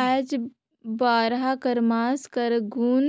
आएज बरहा कर मांस कर गुन